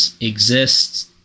exists